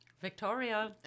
Victoria